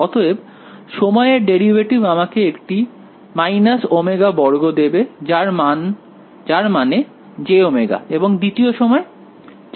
অতএব সময়ের ডেরিভেটিভ আমাকে একটি ওমেগা বর্গ দেবে যার মানে jω এবং দ্বিতীয় সময়